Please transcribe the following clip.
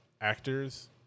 actors